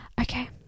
Okay